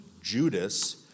Judas